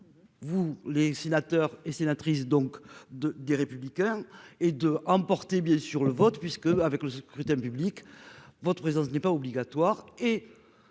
Vous les sénateurs et sénatrices donc 2 des républicains et de emporter bien sûr le vote puisque avec le scrutin public votre présence n'est pas obligatoire et.